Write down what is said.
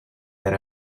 that